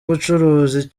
ubucuruzi